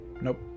nope